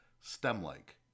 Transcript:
stem-like